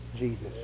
Jesus